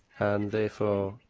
and therefore.